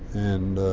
and